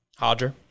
Hodger